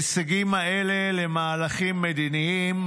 ההישגים האלה למהלכים מדיניים,